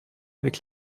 avec